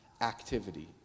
activity